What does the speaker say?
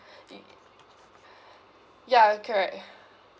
it ya correct